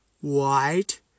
white